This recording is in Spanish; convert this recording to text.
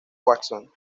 watson